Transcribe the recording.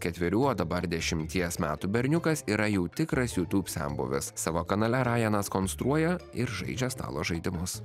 ketverių o dabar dešimties metų berniukas yra jau tikras youtube senbuvis savo kanale rajanas konstruoja ir žaidžia stalo žaidimus